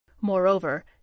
Moreover